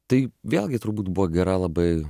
tai vėlgi turbūt buvo gera labai